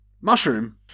mushroom